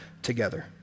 together